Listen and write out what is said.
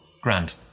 grand